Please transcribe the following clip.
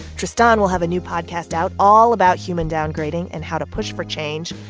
tristan will have a new podcast out all about human downgrading and how to push for change.